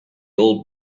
old